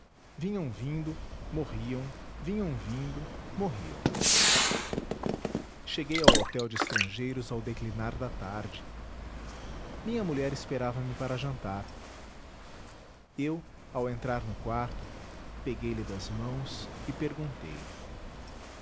vinham vindo morriam vinham vindo morriam cheguei ao hotel de estrangeiros ao declinar da tarde minha mulher esperava me para jantar eu ao entrar no quarto peguei-lhe das mãos e pergunteilhe o que